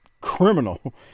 criminal